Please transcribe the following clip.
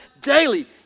daily